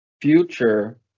future